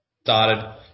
started